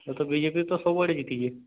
ଏଥର B J P ତ ସବୁଆଡ଼େ ଜିତିଛି